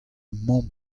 mamm